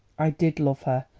i did love her.